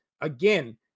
again